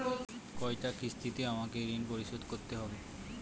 কয়টা কিস্তিতে আমাকে ঋণ পরিশোধ করতে হবে?